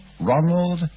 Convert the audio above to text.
Ronald